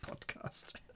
podcast